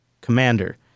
commander